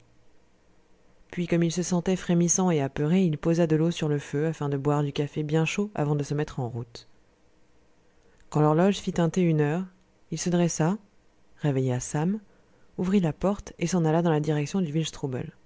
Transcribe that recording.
puis comme il se sentait frémissant et apeuré il posa de l'eau sur le feu afin de boire du café bien chaud avant de se mettre en route quand l'horloge fit tinter une heure il se dressa réveilla sam ouvrit la porte et s'en alla dans la direction du